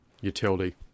utility